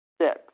Six